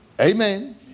Amen